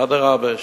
אדרבה,